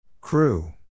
Crew